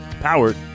powered